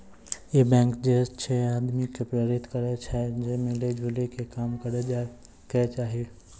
इ बैंक जे छे आदमी के प्रेरित करै छै जे मिली जुली के काम करै के चाहि